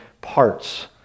parts